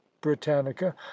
britannica